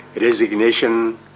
resignation